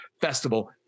festival